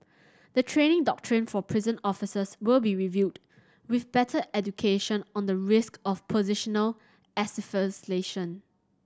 the training doctrine for prison officers will be reviewed with better education on the risk of positional asphyxiation